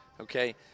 okay